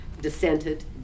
dissented